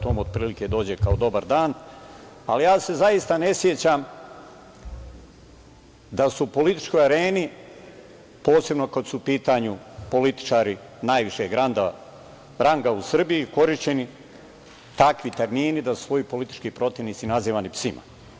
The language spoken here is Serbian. To otprilike dođe kao „dobar dan“, ali ja se zaista ne sećam da su u političkoj areni, posebno kada su u pitanju političari najvišeg ranga u Srbiji, korišćeni takvi termini da su svoje političke protivnike nazivali psima.